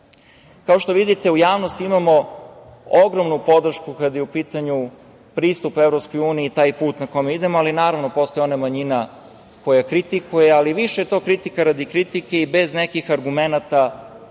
što vidite, u javnosti imamo ogromnu podršku kada je u pitanju pristup EU i taj put ka kome idemo, ali, naravno, postoji ona manjina koja kritikuje. Ali, više je to kritika radi kritike i bez nekih argumenata